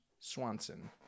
Swanson